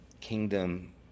kingdom